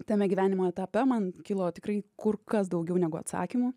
tame gyvenimo etape man kilo tikrai kur kas daugiau negu atsakymų